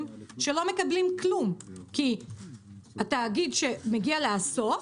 שלא מקבלים כלום כי התאגיד שמגיע לאסוף,